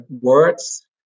words